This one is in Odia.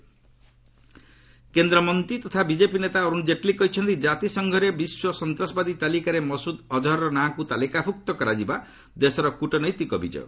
ଅଜହର ଜେଟଲୀ କେନ୍ଦ୍ରମନ୍ତ୍ରୀ ତଥା ବିଜେପି ନେତା ଅରୁଣ ଜେଟଲୀ କହିଛନ୍ତି ଜାତିସଂଘର ବିଶ୍ୱ ସନ୍ତାସବାଦୀ ତାଲିକାରେ ମସୁଦ୍ଦ ଅଳହରର ନାଁକୁ ତାଲିକାଭୁକ୍ତ କରାଯିବା ଦେଶର କ୍ରିଟନୈତିକ ବିଜୟ